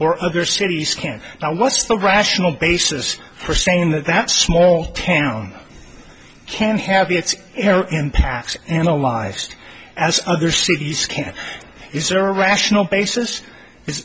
or other cities can and what's the rational basis for saying that that small town can have its impacts analyzed as other cities can't is there a rational basis is